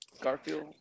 Garfield